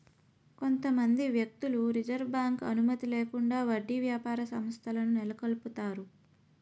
కొంతమంది వ్యక్తులు reserve bank అనుమతి లేకుండా వడ్డీ వ్యాపార సంస్థలను నెలకొల్పుతారు